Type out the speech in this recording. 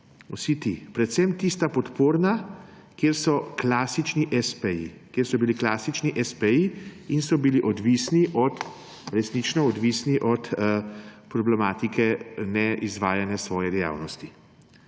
Vsi ti. Predvsem tista podporna, kjer so klasični espeji in so bili odvisni, resnično odvisni, od problematike neizvajanja svoje dejavnosti.